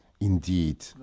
Indeed